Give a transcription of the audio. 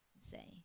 Say